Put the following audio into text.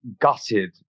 gutted